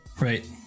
Right